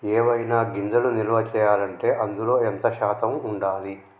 ఏవైనా గింజలు నిల్వ చేయాలంటే అందులో ఎంత శాతం ఉండాలి?